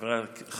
מס' 1035 ו-1038.